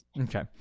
Okay